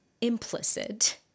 implicit